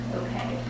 okay